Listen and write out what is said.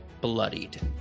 bloodied